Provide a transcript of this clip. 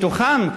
ומתוכם,